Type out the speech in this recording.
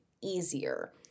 easier